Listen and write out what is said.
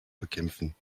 bekämpfen